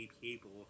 people